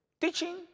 teaching